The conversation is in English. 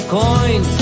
coin